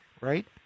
right